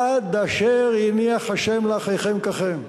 "עד אשר יניח ה' לאחיכם ככם".